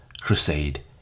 crusade